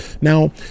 now